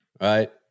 right